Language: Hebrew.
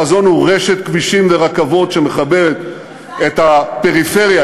החזון הוא רשת כבישים ורכבות שמחברת את הפריפריה,